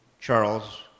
Charles